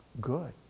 good